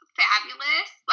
fabulous